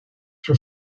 sur